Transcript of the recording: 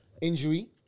injury